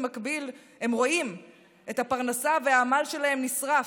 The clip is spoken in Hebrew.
רואים את הפרנסה ואת העמל שלהם נשרפים.